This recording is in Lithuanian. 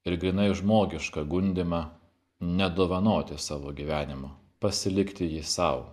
ir grynai žmogišką gundymą nedovanoti savo gyvenimo pasilikti jį sau